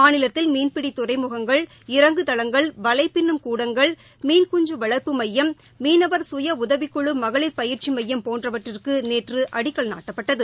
மாநிலத்தில் மீன்பிடி துறைமுகங்கள் இறங்குதளங்கள் வலைபின்னும் கூடங்கள் மீன்குஞ்சு வளர்ப்பு மையம் மீனவர் சுயஉதவிக்குழு மகளிர் பயிற்சி மையம் போன்றவற்றிற்கு நேற்று அடிக்கல் நாட்டப்பட்டது